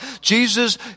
Jesus